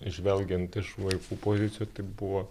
žvelgiant iš vaikų pozicijų tai buvo